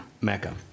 mecca